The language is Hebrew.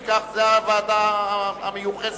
כי זו הוועדה המיוחסת.